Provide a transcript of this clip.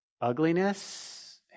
ugliness